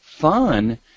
Fun